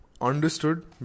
understood